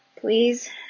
Please